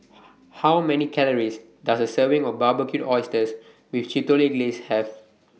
How Many Calories Does A Serving of Barbecued Oysters with Chipotle Glaze Have